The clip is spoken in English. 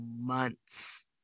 months